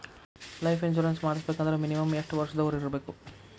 Life insurance ಮಾಡ್ಸ್ಬೇಕಂದ್ರ minimum ಯೆಷ್ಟ್ ವರ್ಷ ದವ್ರಿರ್ಬೇಕು?